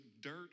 dirt